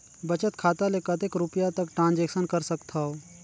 बचत खाता ले कतेक रुपिया तक ट्रांजेक्शन कर सकथव?